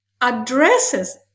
addresses